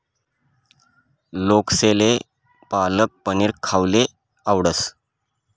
लोकेसले पालक पनीर खावाले आवडस